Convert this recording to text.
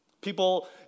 People